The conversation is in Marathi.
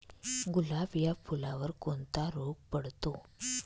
गुलाब या फुलावर कोणता रोग पडतो?